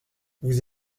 vous